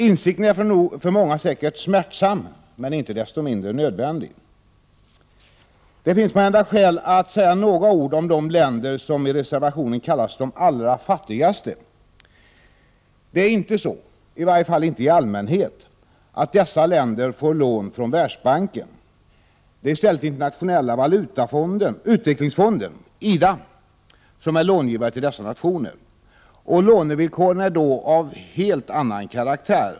Insikten är säkert smärtsam för många, men, inte desto mindre, nödvändig. Det finns måhända skäl att säga några ord om de länder som i reservation 2 kallas de allra fattigaste. Det är inte så, i varje fall inte i allmänhet, att dessa länder får lån från Världsbanken. Det är i stället Internationella utvecklingsfonden, IDA, som är långivare till dessa nationer. Lånevillkoren är då av en helt annan karaktär.